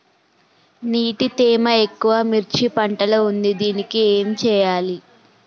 నీటి తేమ ఎక్కువ మిర్చి పంట లో ఉంది దీనికి ఏం చేయాలి?